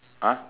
!huh!